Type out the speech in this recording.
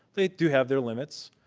they do have their limits,